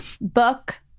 book